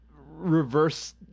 reverse